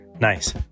Nice